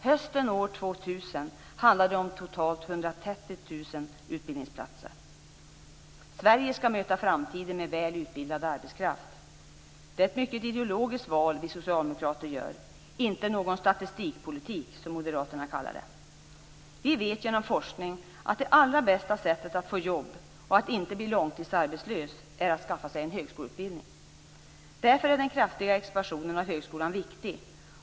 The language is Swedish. Hösten år 2000 handlar det om totalt Sverige skall möta framtiden med väl utbildad arbetskraft. Det är ett mycket ideologiskt val vi socialdemokrater gör - inte någon statistikpolitik, som moderaterna kallar det. Vi vet genom forskning att det allra bästa sättet att få jobb och att inte bli långtidsarbetslös är att skaffa sig en högskoleutbildning. Därför är den kraftiga expansionen av högskolan viktig.